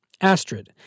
Astrid